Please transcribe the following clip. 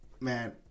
Man